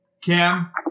Cam